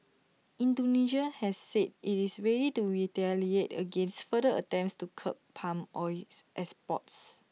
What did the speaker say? Indonesia has said IT is ready to retaliate against further attempts to curb palm oil exports